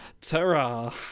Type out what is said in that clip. ta-ra